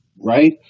right